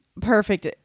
perfect